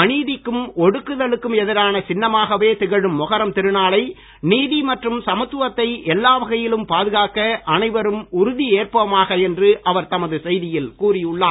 அநீதிக்கும் ஒடுக்குதலுக்கும் எதிரான சின்னமாகவே திகழும் மொகரம் திருநாளை நீதி மற்றும் சமத்துவத்தை எல்லா வகையிலும் பாதுகாக்க அனைவரும் உறுதி ஏற்போமாக என்று அவர் தமது செய்தியில் கூறி உள்ளார்